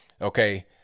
okay